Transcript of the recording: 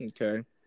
Okay